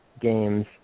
games